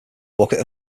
bucket